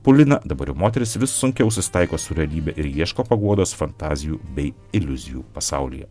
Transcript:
paulina dabar moteris vis sunkiau susitaiko su realybe ir ieško paguodos fantazijų bei iliuzijų pasaulyje